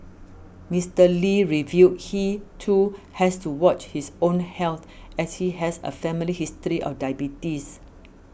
Mister Lee revealed he too has to watch his own health as he has a family history of diabetes